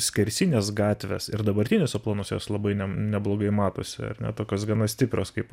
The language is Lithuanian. skersinės gatvės ir dabartiniuose planuose jos labai neblogai matosi ar ne tokios gana stiprios kaip